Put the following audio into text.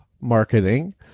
marketing